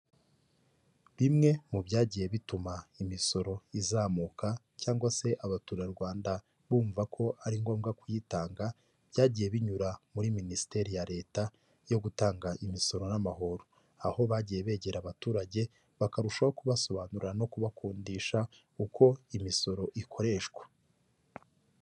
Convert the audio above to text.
Bimwe mu byagiye bituma imisoro izamuka cyangwa se abaturarwanda bumva ko ari ngombwa kuyitanga, byagiye binyura muri minisiteri ya leta yo gutanga imisoro n'amahoro. Aho bagiye begera abaturage bakarushaho kubasobanurira no kubakundisha uko imisoro ikoreshwa.